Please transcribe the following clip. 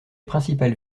principales